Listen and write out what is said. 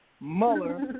Mueller